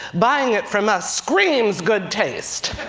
buying it from us screams good taste.